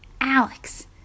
Alex